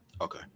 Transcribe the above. Okay